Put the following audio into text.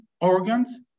organs